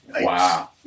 Wow